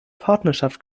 partnerschaft